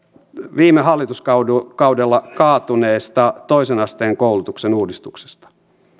viime hallituskaudella kaatuneesta toisen asteen koulutuksen uudistuksesta